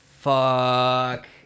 Fuck